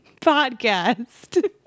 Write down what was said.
podcast